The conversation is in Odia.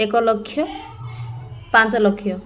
ଏକ ଲକ୍ଷ ପାଞ୍ଚ ଲକ୍ଷ